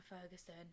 Ferguson